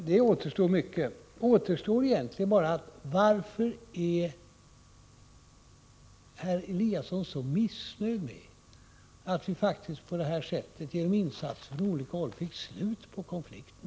Det återstår bara att fråga: Varför är herr Eliasson så missnöjd med att vi på detta sätt genom insatser från olika håll fick slut på konflikten?